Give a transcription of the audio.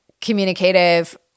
communicative